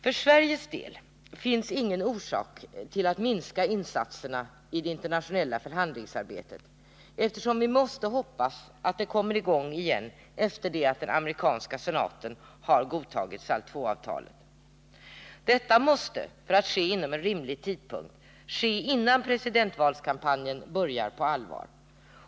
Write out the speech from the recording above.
För Sveriges del finns det ingen orsak att minska insatserna i det internationella förhandlingsarbetet, eftersom vi måste hoppas att detta kommer i gång igen efter det att den amerikanska senaten har godtagit SALT II-avtalet. Detta måste emellertid ske innan presidentvalskampanjen börjar på allvar.